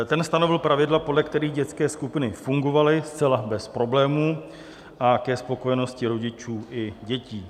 Ten stanovil pravidla, podle kterých dětské skupiny fungovaly zcela bez problémů a ke spokojenosti rodičů i dětí.